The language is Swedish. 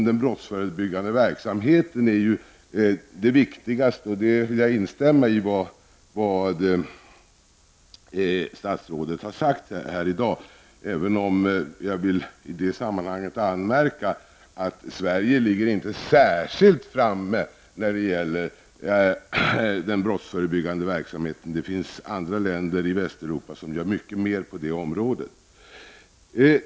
Den brottsförebyggande verksamheten ligger här litet vid sidan om, även om jag vill instämma i vad statsrådet har sagt i dag om att den verksamheten är den viktigaste. Jag vill dock i det sammanhanget anmärka att Sverige inte ligger särskilt väl framme när det gäller den brottsförebyggande verksamheten. Det finns andra länder i Västeuropa som gör mycket mer på det området.